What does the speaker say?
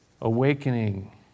awakening